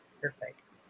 Perfect